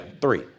three